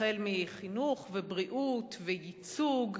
החל מחינוך, בריאות וייצוג.